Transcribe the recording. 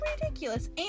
ridiculous